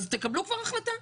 אז תקבלו כבר החלטה,